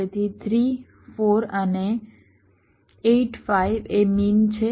તેથી 3 4 અને 8 5 એ મીન છે